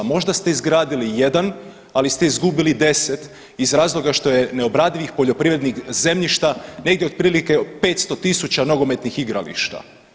Možda ste izgradili 1, ali ste izgubili 10 iz razloga što je neobradivih poljoprivrednih zemljišta negdje otprilike 500.000 nogometnih igrališta.